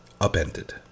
upended